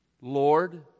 Lord